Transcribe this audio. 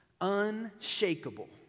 unshakable